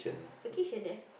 vacation there